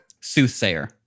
Soothsayer